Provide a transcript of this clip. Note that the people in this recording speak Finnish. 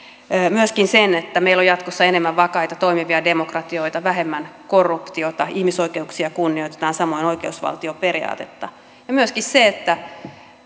myöskin sen haluan nostaa esille että meillä on jatkossa enemmän vakaita toimivia demokratioita vähemmän korruptiota ihmisoikeuksia kunnioitetaan samoin oikeusvaltioperiaatetta ja myöskin sen että